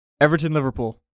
Everton-Liverpool